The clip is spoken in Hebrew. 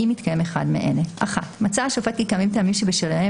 אם התקיים אחד מאלה: מצא השופט כי קיימים טעמים שבשלהם